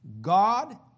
God